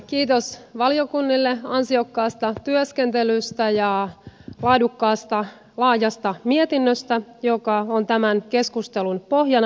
kiitos valiokunnille ansiokkaasta työskentelystä ja laadukkaasta laajasta mietinnöstä joka on tämän keskustelun pohjana